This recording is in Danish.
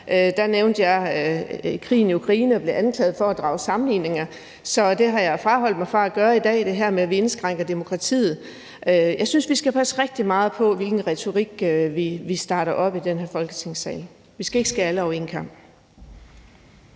her, nævnte jeg krigen i Ukraine og blev anklaget for at drage sammenligninger, så det har jeg holdt mig fra at gøre i dag, altså det her med, at vi indskrænker demokratiet. Jeg synes, vi skal passe rigtig meget på, hvilken retorik vi starter op i den her Folketingssal. Vi skal ikke skære alle over én kam.